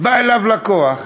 בא אליו לקוח,